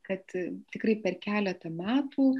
kad tikrai per keletą metų